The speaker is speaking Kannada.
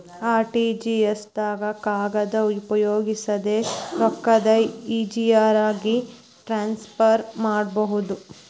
ಆರ್.ಟಿ.ಜಿ.ಎಸ್ ದಾಗ ಕಾಗದ ಉಪಯೋಗಿಸದೆ ರೊಕ್ಕಾನ ಈಜಿಯಾಗಿ ಟ್ರಾನ್ಸ್ಫರ್ ಮಾಡಬೋದು